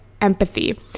empathy